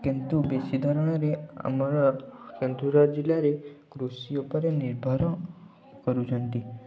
କିନ୍ତୁ ବେଶୀ ଧରଣରେ ଆମର କେନ୍ଦୁଝର ଜିଲ୍ଲାରେ କୃଷି ଉପରେ ନିର୍ଭର କରୁଛନ୍ତି